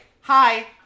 hi